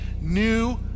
new